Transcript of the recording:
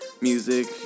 music